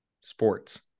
sports